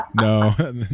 No